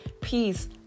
peace